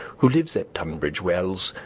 who lives at tunbridge wells,